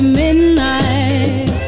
midnight